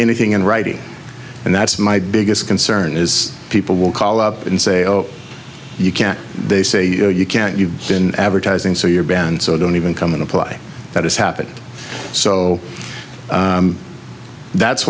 anything in writing and that's my biggest concern is people will call up and say oh you can't they say you can't you've been advertising so you're banned so don't even come into play that has happened so that's